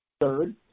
Third